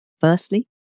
Firstly